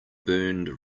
burned